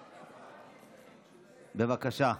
בבקשה,